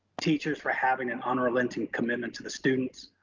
teachers for having an unrelenting commitment to the students,